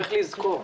צריך לזכור,